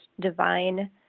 divine